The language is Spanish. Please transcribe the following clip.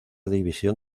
división